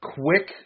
quick